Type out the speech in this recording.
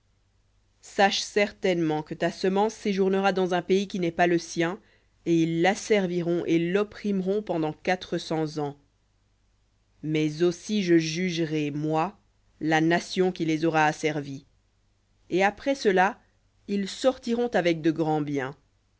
sache certainement que ta semence séjournera dans un pays qui n'est pas le sien et ils l'asserviront et l'opprimeront pendant quatre cents ans mais aussi je jugerai moi la nation qui les aura asservis et après cela ils sortiront avec de grands biens